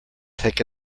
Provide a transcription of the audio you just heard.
take